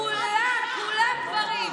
כולם, כולם גברים.